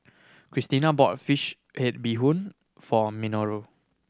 Christena bought fish head bee hoon for Minoru